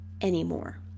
anymore